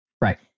Right